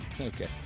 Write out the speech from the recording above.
okay